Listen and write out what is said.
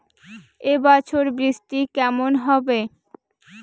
এবছর বৃষ্টি কেমন হবে?